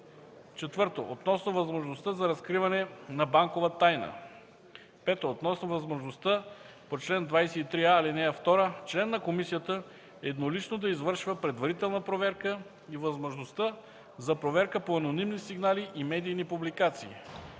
- Относно възможността за разкриване на банкова тайна; - Относно възможността по чл. 23а, ал. 2 член на комисията еднолично да извършва предварителна проверка и възможността за проверка по анонимни сигнали и медийни публикации;